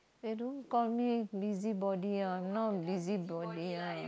they don't call me busybody ah now busybody ah